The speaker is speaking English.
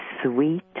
sweet